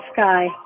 sky